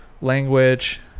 language